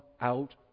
out